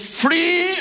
free